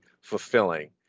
fulfilling